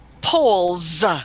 polls